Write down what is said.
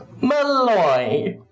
Malloy